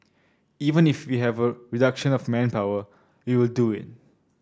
even if we have a reduction of manpower we will do it